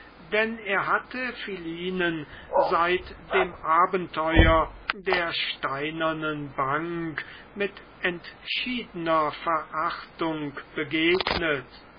denn er hatte philinen seit dem abenteuer der steinernen bank mit entschiedener verachtung begegnet